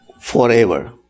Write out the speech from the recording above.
forever